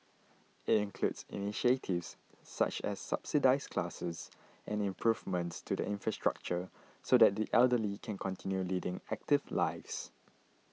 it includes initiatives such as subsidised classes and improvements to the infrastructure so that the elderly can continue leading active lives